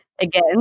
again